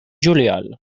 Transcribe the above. juliol